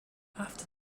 after